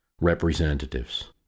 representatives